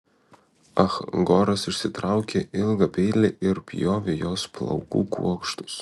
ah goras išsitraukė ilgą peilį ir pjovė jos plaukų kuokštus